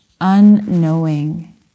unknowing